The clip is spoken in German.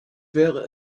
wäre